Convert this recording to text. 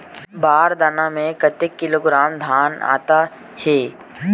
बार दाना में कतेक किलोग्राम धान आता हे?